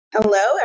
Hello